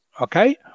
Okay